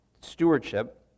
stewardship